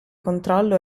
controllo